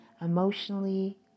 emotionally